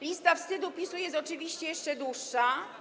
Lista wstydu PiS-u jest oczywiście jeszcze dłuższa.